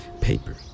paper